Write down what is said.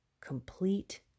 complete